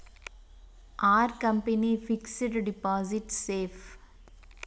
Are company fixed deposit safe?